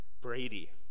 Brady